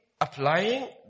applying